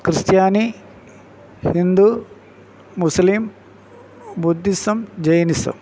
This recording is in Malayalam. ക്രിസ്ത്യാനി ഹിന്ദു മുസ്ലിം ബുദ്ധിസം ജൈനിസം